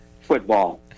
football